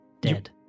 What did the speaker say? dead